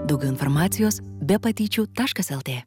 daugiau informacijos be patyčių taškas el tė